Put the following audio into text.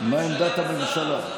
מה עמדת הממשלה?